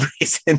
reason